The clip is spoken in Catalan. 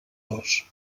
dos